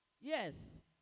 Yes